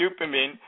dopamine